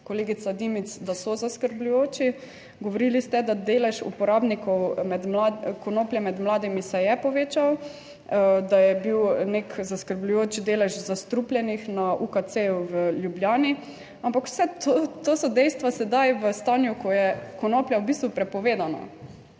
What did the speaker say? kolegica Dimic, da so zaskrbljujoči. Govorili ste, da delež uporabnikov konoplje med mladimi se je povečal, da je bil nek zaskrbljujoč delež zastrupljenih na UKC v Ljubljani, ampak vse to so dejstva sedaj v stanju, ko je konoplja v bistvu prepovedana.